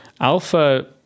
alpha